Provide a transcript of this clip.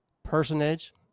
personage